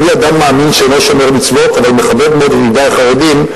ואני אדם מאמין שאינו שומר מצוות אבל מכבד מאוד את ידידי החרדים,